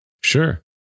Sure